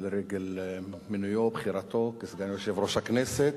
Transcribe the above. לרגל מינויו-בחירתו לסגן יושב-ראש הכנסת.